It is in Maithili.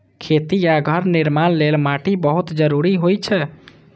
खेती आ घर निर्माण लेल माटि बहुत जरूरी होइ छै